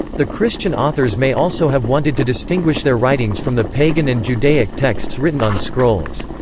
the christian authors may also have wanted to distinguish their writings from the pagan and judaic texts written on scrolls.